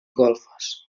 golfes